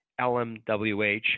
LMWH